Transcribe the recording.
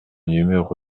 numéro